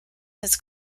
his